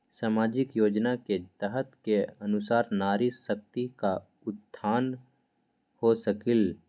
सामाजिक योजना के तहत के अनुशार नारी शकति का उत्थान हो सकील?